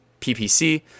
PPC